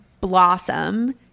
blossom